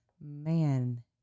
man